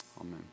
Amen